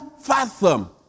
fathom